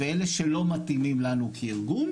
ואלה שלא מתאימים לנו כארגון,